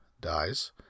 dies